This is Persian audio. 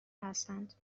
هستند